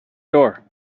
door